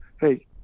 hey